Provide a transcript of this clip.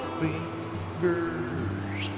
fingers